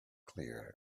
clear